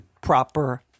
proper